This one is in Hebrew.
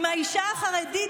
אם האישה החרדית,